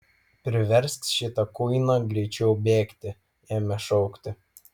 priversk šitą kuiną greičiau bėgti ėmė šaukti